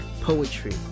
poetry